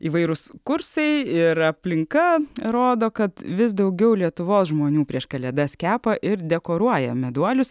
įvairūs kursai ir aplinka rodo kad vis daugiau lietuvos žmonių prieš kalėdas kepa ir dekoruoja meduolius